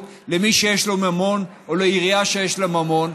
למי שיש לו ממון או לעירייה שיש לה ממון,